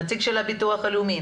נציג הביטוח הלאומי,